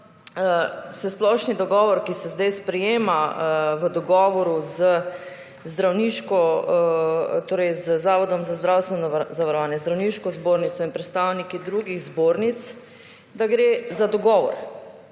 se splošni dogovor, ki se zdaj sprejema v dogovoru z Zavodom za zdravstveno zavarovanje, Zdravniško zbornico in predstavniki drugih zbornic, da gre za dogovor,